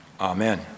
Amen